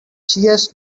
cheers